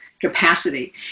capacity